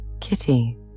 Kitty